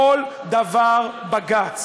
כל דבר בג"ץ.